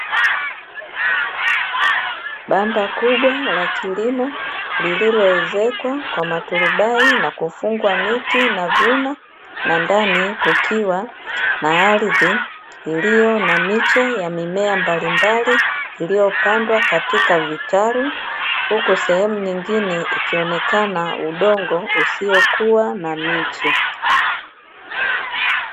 Banda kubwa la kilimo lililoezekwa kwa maturubai na kufungwa miti na vyuma, na ndani kukiwa na ardhi iliyo na miche ya mimea mbalimbali iliyopandwa katika vitalu, huku sehemu nyingine ikionekana udongo usiokuwa na miche.